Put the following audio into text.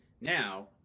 Now